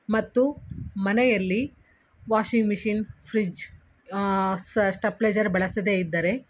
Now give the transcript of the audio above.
ಮತ್ತು ಮನೆಯಲ್ಲಿ washing machine fridge stabiliser ಬಳಸದೇ ಇದ್ದರೆ